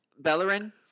Bellerin